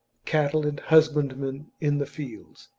cattle and husbandmen in the fields.